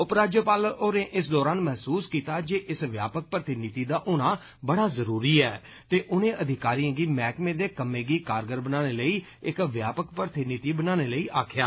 उप राज्यपाल होरें इस दौरान महसूस कीता जे इक व्यापक भर्थी नीति दा होना बड़ा जरूरी ऐ ते उनें अधिकारिएं गी मैहकमें दे कम्मे गी कारगर बनाने लेई इक व्यापक भर्थी नीति बनाने लेई आक्खेया